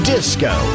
Disco